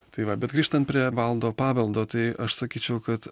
tai va bet grįžtant prie valdo paveldo tai aš sakyčiau kad